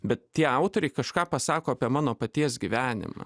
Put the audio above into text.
bet tie autoriai kažką pasako apie mano paties gyvenimą